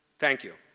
thank you.